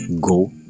go